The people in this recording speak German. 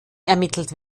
ermittelt